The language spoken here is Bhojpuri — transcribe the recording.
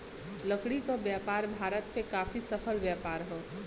लकड़ी क व्यापार भारत में काफी सफल व्यापार हौ